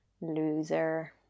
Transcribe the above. loser